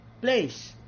place